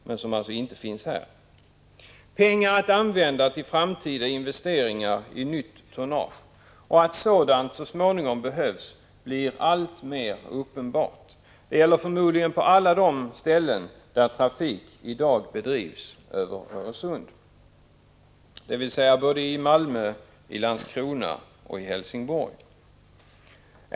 Det blir alltmer uppenbart att pengar behövs till framtida investeringar i 39 nytt tonnage. Det gäller förmodligen på alla de ställen där trafik i dag bedrivs över Öresund, dvs. i både Malmö, Landskrona och Helsingborg.